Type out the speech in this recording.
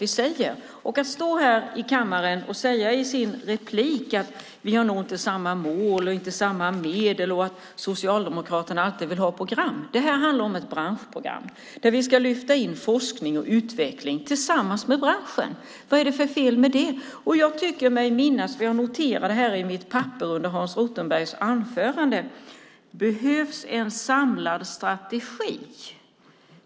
Hans Rothenberg står här i kammaren och säger i sin replik att vi nog inte har samma mål och inte samma medel och att Socialdemokraterna alltid vill ha program. Det här handlar om ett branschprogram där vi ska lyfta fram forskning och utveckling tillsammans med branschen. Vad är det för fel med det? Under Hans Rothenbergs anförande noterade jag i mitt papper att han sade att det behövs en samlad strategi.